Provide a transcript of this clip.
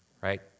right